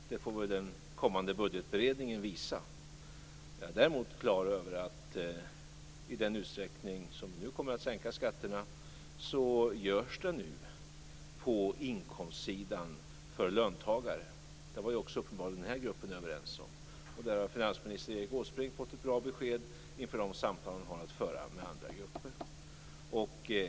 Det får väl den kommande budgetberedningen visa. Jag är däremot klar över att i den utsträckning som vi nu kommer att sänka skatterna görs det på inkomstsidan för löntagare. Det var också uppenbarligen den här gruppen överens om, och där har finansminister Erik Åsbrink fått ett bra besked inför de samtal som han har att föra med andra grupper.